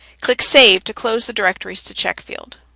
click save to close the directories to check field.